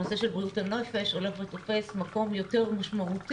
הנושא של בריאות הנפש הולך ותופס מקום יותר משמעותי